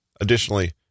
Additionally